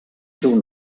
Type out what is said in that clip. seu